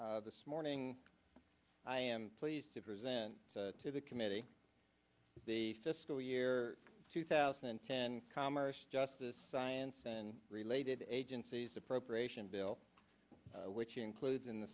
chairman this morning i am pleased to present to the committee the fiscal year two thousand and ten commerce justice science and related agencies appropriations bill which includes in the